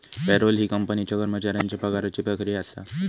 payroll ही कंपनीच्या कर्मचाऱ्यांच्या पगाराची प्रक्रिया असा